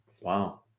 Wow